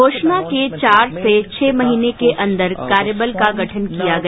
घोषणा के चार से छह महिने के अंदर कार्यबल का गठन किया गया